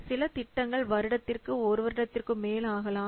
சில திட்டங்கள் வருடத்திற்கு ஒரு வருடத்திற்கும் மேல் ஆகலாம்